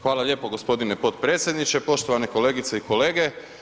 Hvala lijepo gospodine potpredsjedniče, poštovane kolegice i kolege.